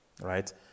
right